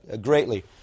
greatly